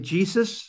Jesus